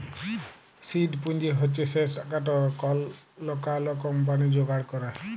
seed পুঁজি হছে সে টাকাট কল লকাল কম্পালি যোগাড় ক্যরে